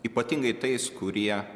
ypatingai tais kurie